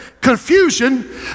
confusion